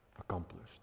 accomplished